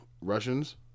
Russians